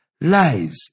lies